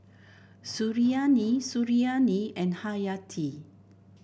Suriani Suriani and Hayati